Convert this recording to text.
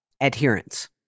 adherence